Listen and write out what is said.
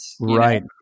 Right